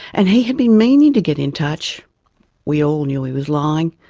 and he had been meaning to get in touch we all knew he was lying,